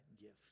gift